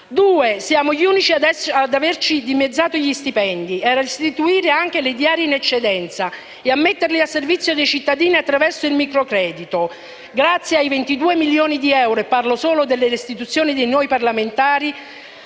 luogo, siamo gli unici a esserci dimezzati gli stipendi e a restituire anche le diarie in eccedenza, mettendoli al servizio dei cittadini attraverso il microcredito. Grazie ai 22 milioni di euro raccolti - e parlo solo delle restituzioni di noi parlamentari